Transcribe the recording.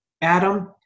Adam